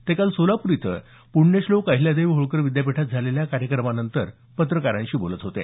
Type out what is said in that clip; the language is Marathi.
ते काल सोलापूर इथं पुण्यश्लोक अहिल्यादेवी होळकर विद्यापीठात झालेल्या कार्यक्रमानंतर पत्रकारांशी बोलत होते